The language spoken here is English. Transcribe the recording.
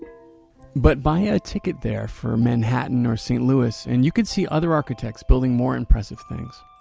but buy a ticket there for manhattan or st. louis and you could see other architects building more impressive things.